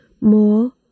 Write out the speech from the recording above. more